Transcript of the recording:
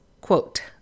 quote